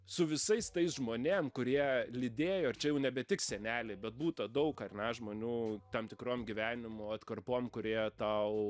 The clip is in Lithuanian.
su visais tais žmonėm kurie lydėjo ir čia jau nebe tik seneliai bet būta daug ar ne žmonių tam tikrom gyvenimo atkarpom kurie tau